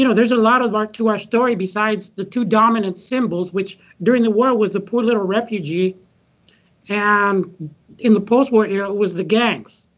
you know there's a lot ah to our story besides the two dominant symbols which during the war was the poor little refugee and in the post-war era was the gangs.